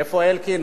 איפה אלקין?